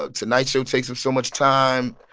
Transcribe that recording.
ah tonight show takes up so much time.